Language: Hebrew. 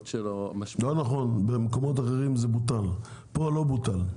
לא נכון, במקומות אחרים זה בוטל, פה זה לא בוטל,